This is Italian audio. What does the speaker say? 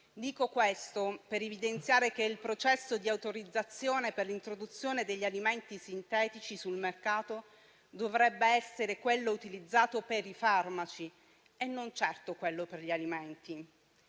Dico questo per evidenziare che il processo di autorizzazione per l'introduzione degli alimenti sintetici sul mercato dovrebbe essere quello utilizzato per i farmaci e non certo quello per gli alimenti.